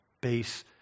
base